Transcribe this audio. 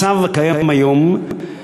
התיישנות ממועד גיבוש הנכות),